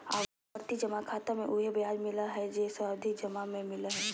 आवर्ती जमा खाता मे उहे ब्याज मिलय हइ जे सावधि जमा में मिलय हइ